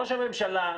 ראש הממשלה,